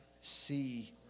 see